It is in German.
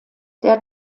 der